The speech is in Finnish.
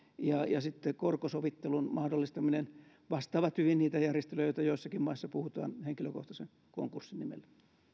ja sitten korkosovittelun mahdollistaminen vastaavat hyvin niitä järjestelyitä joista joissakin maissa puhutaan henkilökohtaisen konkurssin nimellä